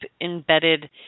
embedded